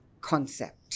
concept